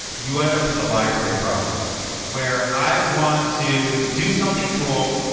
you and up with a library problem where i want to do something cool,